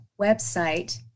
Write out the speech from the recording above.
website